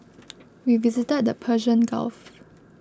we visited the Persian Gulf